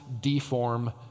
deform